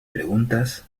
preguntas